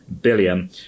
billion